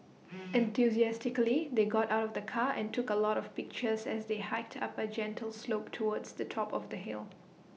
enthusiastically they got out of the car and took A lot of pictures as they hiked up A gentle slope towards the top of the hill